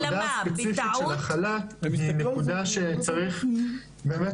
הנקודה הספציפית של החל"ת היא נקודה שצריך באמת